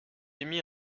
émis